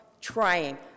trying